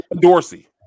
Dorsey